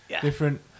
different